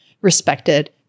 respected